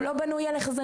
הוא לא בנוי על החזרים.